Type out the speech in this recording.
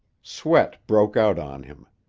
sweat broke out on him.